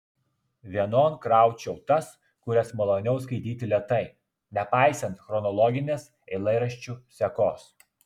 vienon kraučiau tas kurias maloniau skaityti lėtai nepaisant chronologinės eilėraščių sekos